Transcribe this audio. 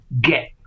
get